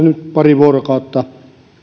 nyt pari vuorokautta